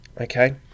okay